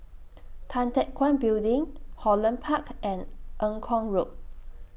Tan Teck Guan Building Holland Park and Eng Kong Road